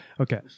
okay